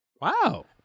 Wow